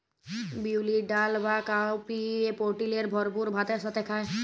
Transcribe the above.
বিউলির ডাল বা কাউপিএ প্রটিলের ভরপুর ভাতের সাথে খায়